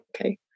okay